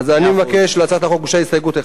להצעת החוק הוגשה הסתייגות אחת.